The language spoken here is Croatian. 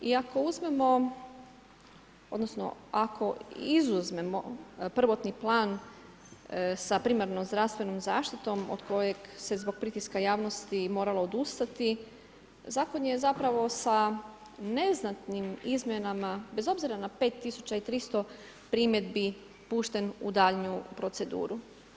I ako uzmemo, odnosno ako izuzmemo prvotni plan sa primarnom zdravstvenom zaštitom od kojeg se zbog pritiska javnosti moralo odustati, Zakon je zapravo sa neznatnim izmjenama bez obzira na 5300 primjedbi pušten u daljnju proceduru.